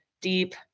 deep